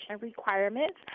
requirements